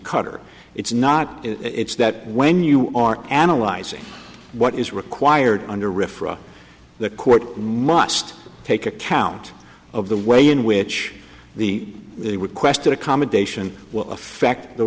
cutter it's not it's that when you are analyzing what is required under the court must take account of the way in which the the requested accommodation will affect the